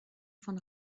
von